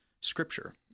scripture